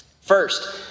First